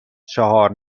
چهار